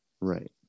Right